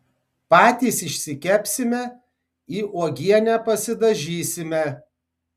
patys išsikepsime į uogienę pasidažysime